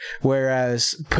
whereas